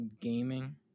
gaming